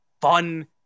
fun